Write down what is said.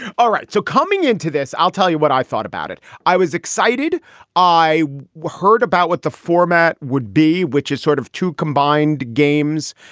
all right. so coming into this, i'll tell you what i thought about it. i was excited i heard about what the format would be, which is sort of two combined games.